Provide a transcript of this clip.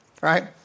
right